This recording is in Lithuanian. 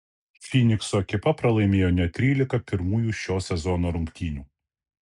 fynikso ekipa pralaimėjo net trylika pirmųjų šio sezono rungtynių